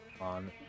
on